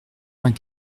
vingt